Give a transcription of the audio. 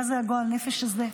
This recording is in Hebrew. מה זה הגועל נפש הזה?